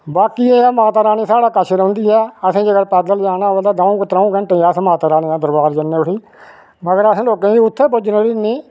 बाकी एह् है कि माता रानी साढ़े कश रौंहदी ऐ आसेंगी अगर कुतै पैदल जाना होऐ ते दऊं जां त्रऊं घैंटें च अस माता रानी दे दरबार जन्ने उठी मगर असें लोकें गी उत्थै पुजने लेई इन्नी